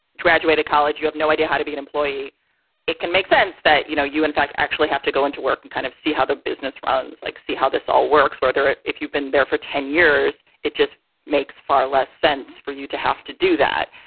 graduated college, you have no idea how to be an employee it can make sense that, you know, you, in fact, actually have to go into work and kind of see how the business runs, like see how this all works, whether if you've been there for ten years, it just makes far less sense for you to have to do that.